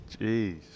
Jeez